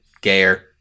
gayer